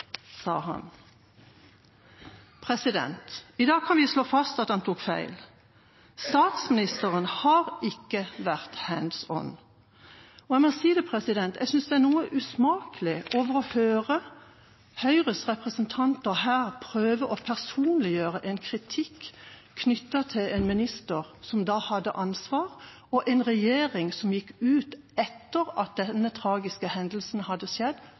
sa han. I dag kan vi slå fast at han tok feil. Statsministeren har ikke vært «hands on», og jeg må si at jeg synes det er noe usmakelig over å høre Høyres representanter her prøve å personliggjøre en kritikk knyttet til en minister som da hadde ansvar, og en regjering som gikk ut og sa, etter at denne tragiske hendelsen hadde skjedd: